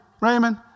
Raymond